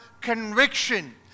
conviction